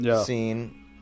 scene